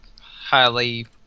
highly